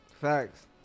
Facts